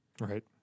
Right